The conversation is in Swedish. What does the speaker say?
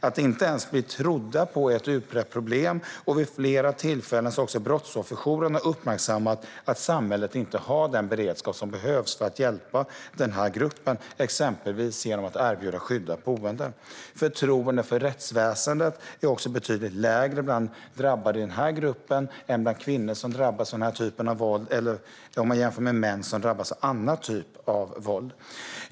Att man inte ens blir trodd är ett utbrett problem, och vid flera tillfällen har också brottsofferjourerna uppmärksammat att samhället inte har den beredskap som behövs för att hjälpa den här gruppen, exempelvis genom att erbjuda skyddat boende. Förtroendet för rättsväsendet är också betydligt lägre bland drabbade i den här gruppen om man jämför med kvinnor som drabbas av den här typen av våld eller med män som drabbas av annan typ av våld.